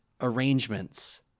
arrangements